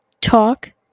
Talk